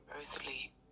earthly